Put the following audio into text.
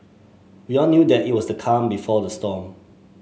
we all knew that it was the calm before the storm